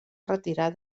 retirar